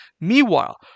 Meanwhile